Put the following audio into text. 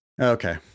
okay